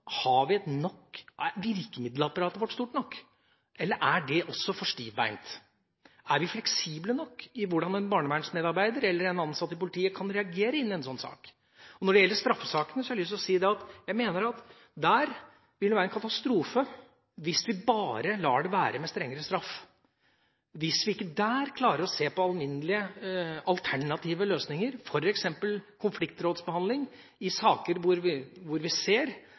virkemiddelapparatet vårt stort nok, eller er det også for stivbeint? Er vi fleksible nok når det gjelder hvordan en barnevernsmedarbeider eller en ansatt i politiet kan reagere i en sånn sak? Når det gjelder straffesakene, har jeg lyst til å si at der mener jeg det ville være en katastrofe hvis vi bare lar det være med strengere straff. Å se på alminnelige, alternative løsninger, f.eks. konfliktrådsbehandling, i saker hvor vi ser at familier sliter, og der vi